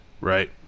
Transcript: Right